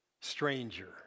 stranger